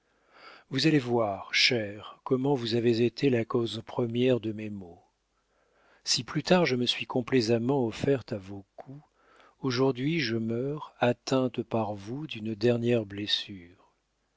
vous allez voir cher comment vous avez été la cause première de mes maux si plus tard je me suis complaisamment offerte à vos coups aujourd'hui je meurs atteinte par vous d'une dernière blessure